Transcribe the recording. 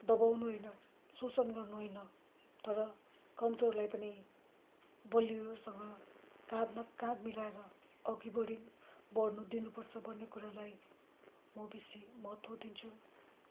दबाउनु होइन शोषण गर्नु होइन तर कमजोरलाई पनि बलियोहरूसँग काँधमा काँध मिलाएर अघि बढी बढ्नु दिनु पर्छ भन्ने कुरालाई म बेसी महत्व दिन्छु